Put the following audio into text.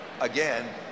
Again